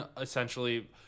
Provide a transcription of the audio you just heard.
essentially